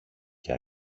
και